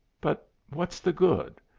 but what's the good?